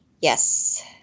Yes